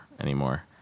anymore